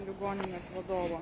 ligoninės vadovo